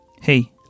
Hey